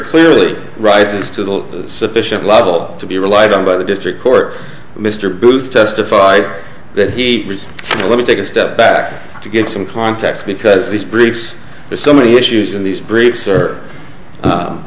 clearly rises to the sufficient level to be relied on by the district court mr booth testified that he let me take a step back to get some context because these briefs there's so many issues in these br